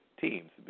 teams